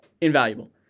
invaluable